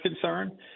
concern